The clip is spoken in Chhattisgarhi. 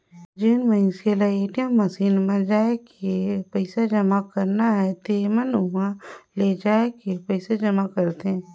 जेन मइनसे ल ए.टी.एम मसीन म जायके पइसा जमा करना हे तेमन उंहा ले जायके पइसा जमा करथे